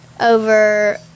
over